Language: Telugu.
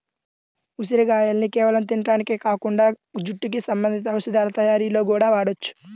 ఉసిరిగాయల్ని కేవలం తింటానికే కాకుండా జుట్టుకి సంబంధించిన ఔషధాల తయ్యారీలో గూడా వాడొచ్చు